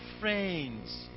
friends